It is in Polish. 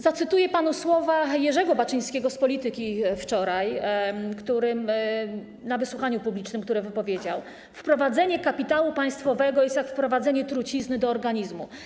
Zacytuję panu słowa Jerzego Baczyńskiego z „Polityki”, który wczoraj na wysłuchaniu publicznym powiedział: wprowadzenie kapitału państwowego jest jak wprowadzenie trucizny do organizmu.